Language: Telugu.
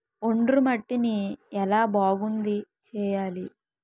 ఒండ్రు మట్టిని ఎలా బాగుంది చేయాలి?